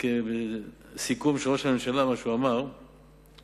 הסיכום של מה שאמר ראש הממשלה,